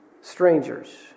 strangers